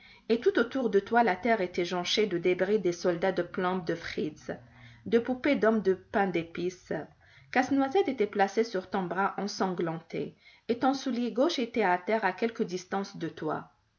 et tout autour de toi la terre était jonchée de débris des soldats de plomb de fritz de poupées d'hommes de pain d'épice casse-noisette était placé sur ton bras ensanglanté et ton soulier gauche était à terre à quelque distance de toi